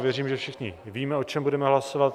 Já věřím, že všichni víme, o čem budeme hlasovat.